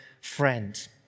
friend